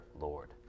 Lord